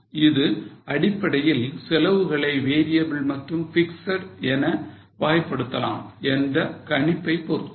Of course இது அடிப்படையில் செலவுகளை variable மற்றும் fixed என வகைப்படுத்தலாம் என்ற கணிப்பை பொறுத்தது